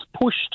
pushed